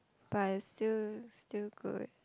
but it's still still good